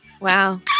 Wow